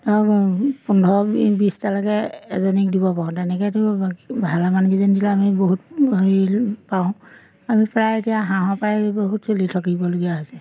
আৰু পোন্ধৰ বিশটালৈকে এজনীক দিব পাৰোঁ তেনেকৈতো ভালেমান কেইজনী দিলে আমি বহুত হেৰি পাওঁ আমি প্ৰায় এতিয়া হাঁহৰ পৰাই বহুত চলি থাকিবলগীয়া হৈছে